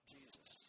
Jesus